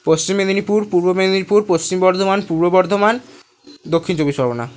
পশ্চিম মেদিনীপুর পূর্ব মেদিনীপুর পশ্চিম বর্ধমান পূর্ব বর্ধমান দক্ষিণ চব্বিশ পরগনা